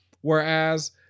whereas